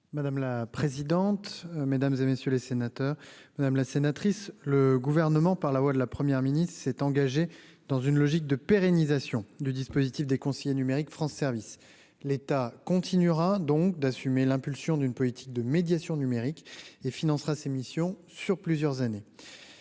Madame la présidente, mesdames et messieurs les sénateurs, madame la sénatrice le gouvernement par la voix de la première ministre, il s'est engagé dans une logique de pérennisation du dispositif des conseillers numériques France service l'État continuera donc d'assumer l'impulsion d'une politique de médiation numérique et financera ses missions sur plusieurs années